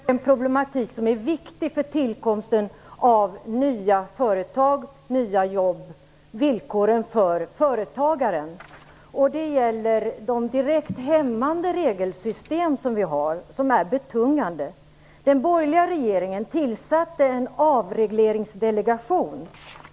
Herr talman! Jag vill fokusera på en problematik som är viktig för tillkomsten av nya företag, nya jobb och villkoren för företagaren. Det gäller de direkt hämmande regelsystem som vi har, som är betungande. Den borgerliga regeringen tillsatte en avregleringsdelegation.